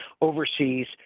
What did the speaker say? overseas